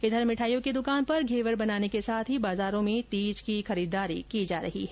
इधर मिठाइयों की दुकान पर घेवर बनाने के साथ ही बाजारों में तीज की खरीददारी की जा रही है